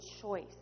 choice